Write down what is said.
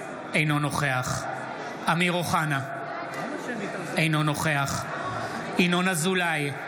אינו נוכח אמיר אוחנה, אינו נוכח ינון אזולאי,